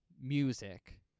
music